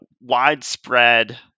widespread